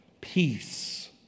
peace